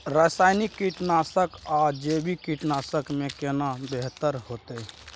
रसायनिक कीटनासक आ जैविक कीटनासक में केना बेहतर होतै?